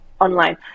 online